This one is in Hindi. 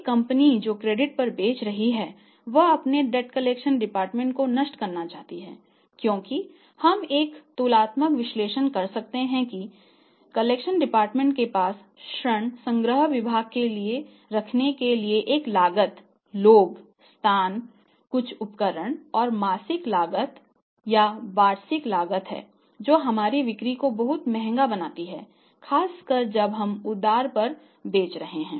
एक कंपनी जो क्रेडिट पर बेच रही है वह अपने डेट कलेक्शन डिपार्टमेंट के पास ऋण संग्रह विभाग को बनाए रखने के लिए एक लागत लोग स्थान कुछ उपकरण और मासिक लागत और वार्षिक लागत है जो हमारी बिक्री को बहुत महंगा बनाती है खासकर जब हम उधार पर बेच रहे हैं